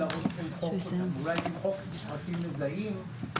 אולי למחוק פרטים מזהים,